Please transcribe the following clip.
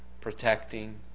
protecting